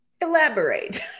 Elaborate